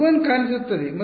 U1 ಕಾಣಿಸುತ್ತದೆ ಮತ್ತು